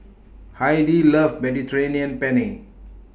Heidi loves Mediterranean Penne